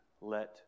let